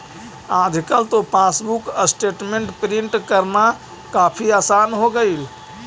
आजकल तो passbook statement print करना काफी आसान हो गईल